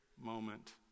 moment